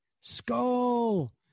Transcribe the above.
Skull